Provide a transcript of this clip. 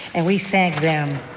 and we thank them.